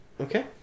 okay